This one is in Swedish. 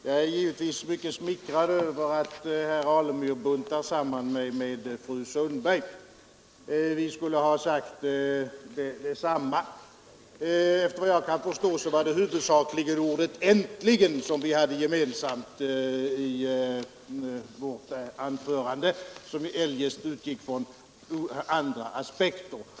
Herr talman! Jag är givetvis mycket smickrad över att herr Alemyr buntar samman mig med fru Sundberg vi skulle ha sagt samma sak. Efter vad jag kan förstå var det huvudsakligen ordet ”äntligen” som vi hade gemensamt i våra anföranden, vilka eljest utgick från helt olika aspekter.